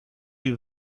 wie